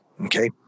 okay